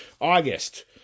August